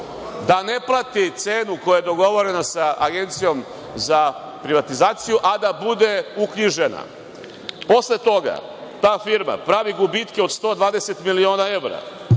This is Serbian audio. da ne plati cenu koja je dogovorena sa Agencijom za privatizaciju, a da bude uknjižena? Posle toga, ta firma pravi gubitke od 120 miliona